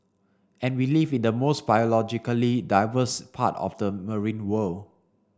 and we live in the most biologically diverse part of the marine world